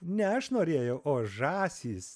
ne aš norėjau o žąsys